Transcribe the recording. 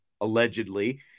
allegedly